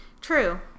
True